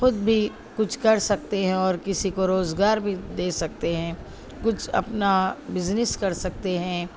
خود بھی کچھ کر سکتے ہیں اور کسی کو روزگار بھی دے سکتے ہیں کچھ اپنا بزنیس کر سکتے ہیں